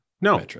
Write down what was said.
no